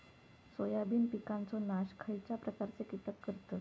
Soybean पिकांचो नाश खयच्या प्रकारचे कीटक करतत?